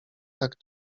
tak